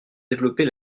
développer